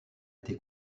été